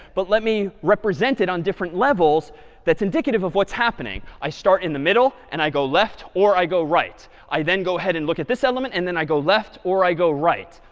but let me represent it on different levels that's indicative of what's happening. i start in the middle. and i go left or i go right. i then go ahead and look at this element. and then i go left or i go right.